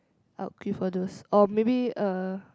I would queue for those or maybe uh